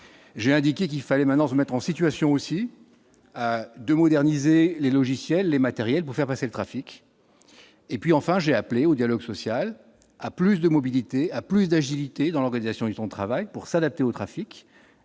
j'ai indiqué qu'il fallait maintenant se mettre en situation aussi de moderniser les logiciels et matériels pour faire passer le trafic et puis enfin, j'ai appelé au dialogue social à plus de mobilité à plus d'agilité dans l'organisation, il son travail pour s'adapter au trafic